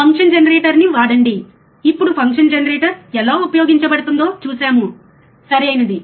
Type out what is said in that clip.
function జెనరేటర్ని వాడండి ఇప్పుడు ఫంక్షన్ జెనరేటర్ ఎలా ఉపయోగించబడుతుందో చూశాము సరియైనది